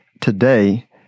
Today